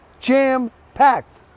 jam-packed